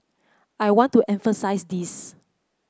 I want to emphasise this